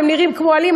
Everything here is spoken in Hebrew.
הם נראים כמו עלים,